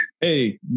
hey